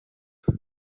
kuba